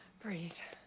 breathe,